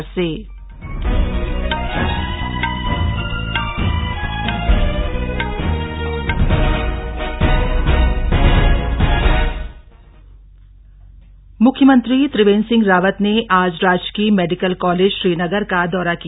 CM समीक्षा मुख्यमंत्री त्रिवेंद्र सिंह रावत ने आज राजकीय मेडिकल कॉलेज श्रीनगर का दौरा किया